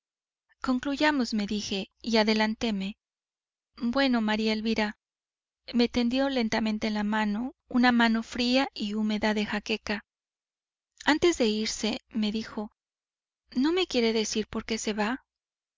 concluyamos me dije y adelánteme bueno maría elvira me tendió lentamente la mano una mano fría y húmeda de jaqueca antes de irse me dijo no me quiere decir por qué se va